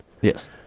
Yes